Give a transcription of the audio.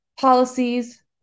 policies